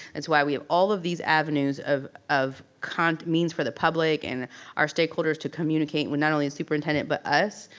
that's why we have all of these avenues of of means for the public and our stakeholders to communicate with not only the superintendent but us,